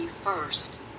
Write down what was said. first